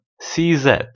c-z